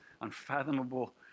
unfathomable